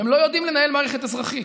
הם לא יודעים לנהל מערכת אזרחית.